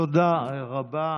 תודה רבה.